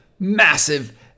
massive